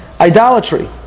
idolatry